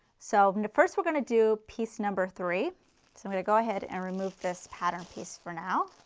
so and first we are going to do piece number three. so i am going to go ahead and remove this pattern piece for now.